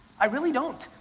i really don't.